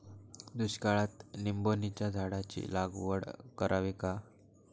दुष्काळात निंबोणीच्या झाडाची लागवड करावी का?